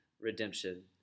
redemption